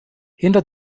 hinter